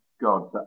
God